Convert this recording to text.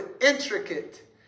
intricate